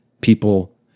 people